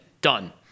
done